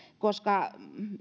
koska